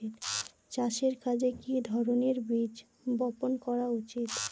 চাষের কাজে কি ধরনের বীজ বপন করা উচিৎ?